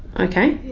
okay?